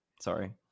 Sorry